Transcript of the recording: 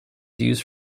used